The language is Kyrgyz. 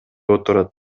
отурат